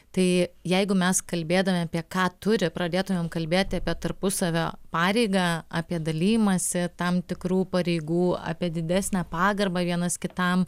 tai jeigu mes kalbėdami apie ką turi pradėtumėm kalbėti apie tarpusavio pareigą apie dalijimąsi tam tikrų pareigų apie didesnę pagarbą vienas kitam